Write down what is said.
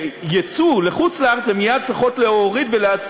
יציג את הצעת החוק חבר הכנסת מאיר